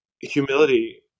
humility